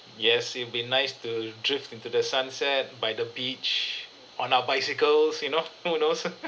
yes it'll be nice to drift into the sunset by the beach on our bicycles you know who knows